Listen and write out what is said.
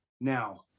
Now